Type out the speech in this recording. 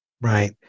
Right